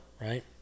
right